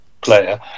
player